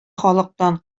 халыктан